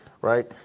right